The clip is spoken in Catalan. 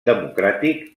democràtic